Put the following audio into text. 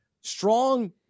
strong